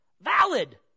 valid